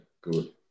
good